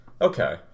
Okay